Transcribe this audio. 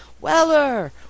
Weller